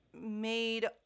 made